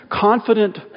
confident